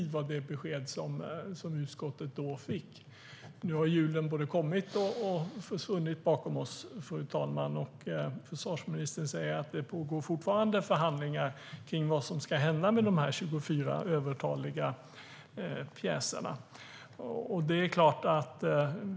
Det var det besked som utskottet då fick. Nu har julen både kommit och försvunnit bakom oss, fru talman, och försvarsministern säger att det fortfarande pågår förhandlingar om vad som ska hända med de här 24 övertaliga pjäserna.